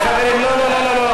חברים, לא, לא, לא.